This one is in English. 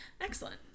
Excellent